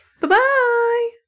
Bye-bye